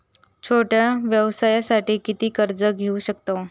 छोट्या व्यवसायासाठी किती कर्ज घेऊ शकतव?